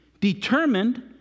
determined